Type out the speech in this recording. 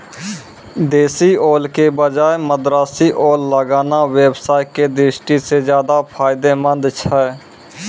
देशी ओल के बजाय मद्रासी ओल लगाना व्यवसाय के दृष्टि सॅ ज्चादा फायदेमंद छै